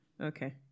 Okay